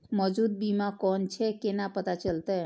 मौजूद बीमा कोन छे केना पता चलते?